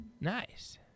Nice